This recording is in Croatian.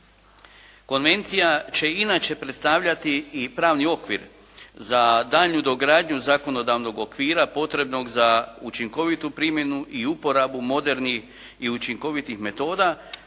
Konvencija će inače predstavljati i pravni okvir za daljnju dogradnju zakonodavnog okvira potrebnog za učinkovitu primjenu i uporabu modernih i učinkovitih metoda